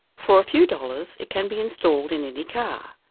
for a few dollars, it can be installed in any car.